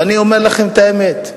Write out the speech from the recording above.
ואני אומר לכם את האמת,